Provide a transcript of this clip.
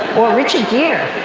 or richard gere?